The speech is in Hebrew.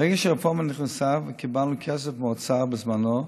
מרגע שהרפורמה נכנסה, קיבלנו כסף מהאוצר, בזמנו,